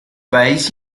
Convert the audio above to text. país